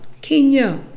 Kenya